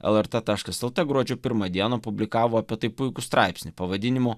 lrt taškas lt gruodžio pirmą dieną publikavo apie tai puikų straipsnį pavadinimu